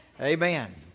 Amen